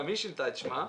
גם היא שינתה את שמה,